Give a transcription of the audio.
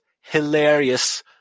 hilarious